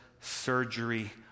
surgery